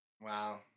Wow